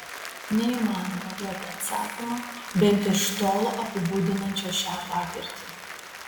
neįmanoma duoti atsakymo bent iš tolo apibūdinančio šią patirtį